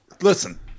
Listen